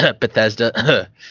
Bethesda